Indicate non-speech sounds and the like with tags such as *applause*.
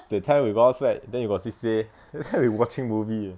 that time we go outside then you got C_C_A then *laughs* we watching movie eh